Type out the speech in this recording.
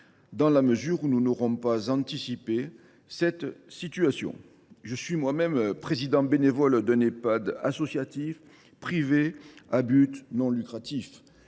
dans la mesure où nous n’aurons pas anticipé cette situation. Je suis moi même président bénévole d’un Ehpad associatif privé à but non lucratif